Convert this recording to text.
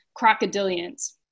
crocodilians